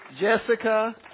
Jessica